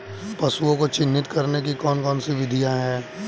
पशुओं को चिन्हित करने की कौन कौन सी विधियां हैं?